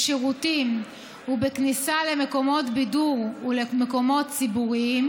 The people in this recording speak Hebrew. בשירותים ובכניסה למקומות בידור ולמקומות ציבוריים,